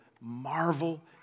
marvel